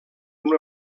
una